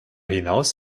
hinaus